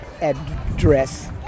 address